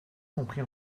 compris